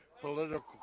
political